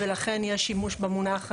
ולכן יש שימוש במונח הזה.